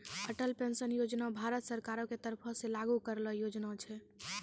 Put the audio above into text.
Atal pension योजना भारत सरकारो के तरफो से लागू करलो योजना छै